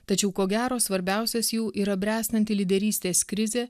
tačiau ko gero svarbiausias jų yra bręstanti lyderystės krizė